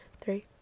Three